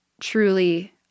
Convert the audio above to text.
truly